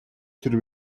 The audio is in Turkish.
tür